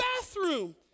bathroom